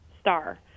star